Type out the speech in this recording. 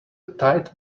tight